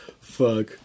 Fuck